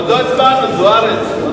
עוד לא הצבענו, זוארץ.